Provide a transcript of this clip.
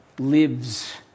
lives